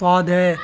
ص ہے